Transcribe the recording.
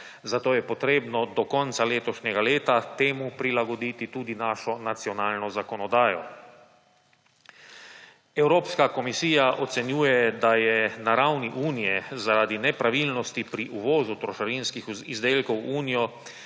zato je treba do konca letošnjega leta temu prilagoditi tudi našo nacionalno zakonodajo. Evropska komisija ocenjuje, da je na ravni Unije zaradi nepravilnosti pri uvozu trošarinskih izdelkov v Unijo